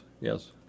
yes